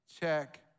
check